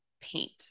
paint